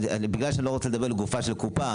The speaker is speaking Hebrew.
בגלל שאני לא רוצה לדבר לגופה של קופה,